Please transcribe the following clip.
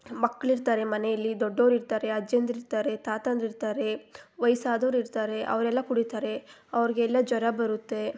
ಮಕ್ಕಳಿರ್ತಾರೆ ಮನೆಯಲ್ಲಿ ದೊಡ್ಡವರಿರ್ತಾರೆ ಅಜ್ಜಂದಿರಿರ್ತಾರೆ ತಾತಂದಿರಿರ್ತಾರೆ ವಯ್ಸಾದವರಿರ್ತಾರೆ ಅವರೆಲ್ಲ ಕುಡಿತಾರೆ ಅವ್ರಿಗೆಲ್ಲ ಜ್ವರ ಬರುತ್ತೆ